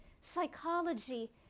psychology